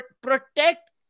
protect